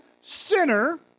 sinner